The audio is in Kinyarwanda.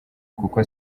kuko